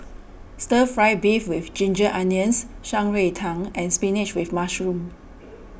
Stir Fry Beef with Ginger Onions Shan Rui Tang and Spinach with Mushroom